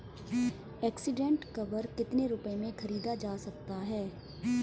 Accident cover कितने रुपए में खरीदा जा सकता है?